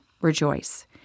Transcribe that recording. Rejoice